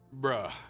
bruh